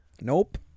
Nope